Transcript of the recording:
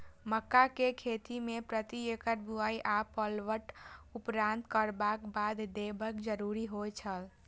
मक्का के खेती में प्रति एकड़ बुआई आ पटवनक उपरांत कतबाक खाद देयब जरुरी होय छल?